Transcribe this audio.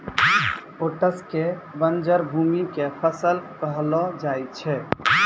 oats कॅ बंजर भूमि के फसल कहलो जाय छै